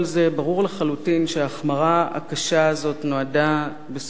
ברור לחלוטין שההחמרה הקשה הזאת נועדה בסופו של